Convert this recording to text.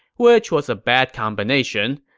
which was a bad combination.